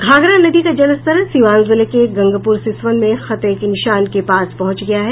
घाघरा नदी का जलस्तर सिवान जिले के गंगपुर सिसवन में खतरे के निशान के पास पहुंच गया है